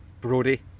Brody